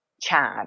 Chad